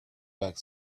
bag